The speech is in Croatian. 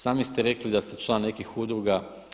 Sami ste rekli da ste član nekih udruga.